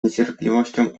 niecierpliwością